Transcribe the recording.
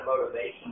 motivation